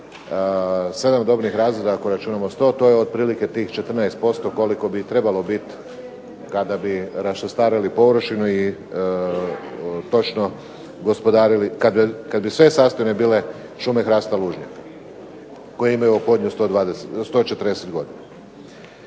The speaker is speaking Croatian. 7. dobnih razreda ako računamo 100, to je otprilike tih 14% koliko bi trebalo biti kada bi … površinu i točno gospodarili, kada bi sve sastojne bile šume hrasta lužnjaka, koje imaju ophodnju 140 godina.